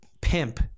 pimp